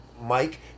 Mike